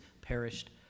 perished